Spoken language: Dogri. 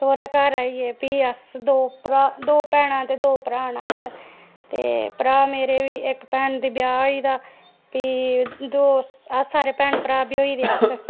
सौह्रे घर आई गे फ्ही अस दो भैनां ते दो भ्रा ना अस ते भ्रा ते मेरे ते इक भैन दा ब्याह होई गेदा फ्ही सारे भैन भ्रा ब्होई गेदे अस